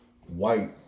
white